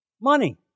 Money